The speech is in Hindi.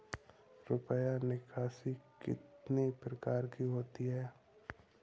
रुपया निकासी कितनी प्रकार की होती है?